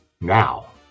Now